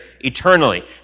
eternally